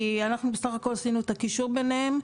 כי אנחנו בסך הכול עשינו את הקישור ביניהם.